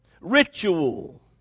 ritual